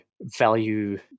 value